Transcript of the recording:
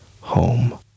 home